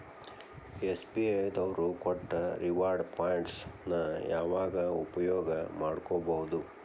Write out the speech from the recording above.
SBI ದವ್ರು ಕೊಟ್ಟ reward points ನ ಯಾವಾಗ ಉಪಯೋಗ ಮಾಡ್ಕೋಬಹುದು?